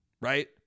right